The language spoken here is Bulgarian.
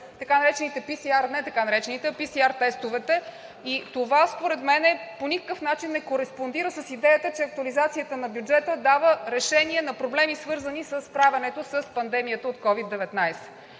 се изплащат PSR тестовете. Това според мен по никакъв начин не кореспондира с идеята, че актуализацията на бюджета дава решение на проблемите, свързани със справянето с пандемията от COVID-19.